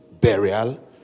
burial